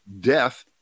death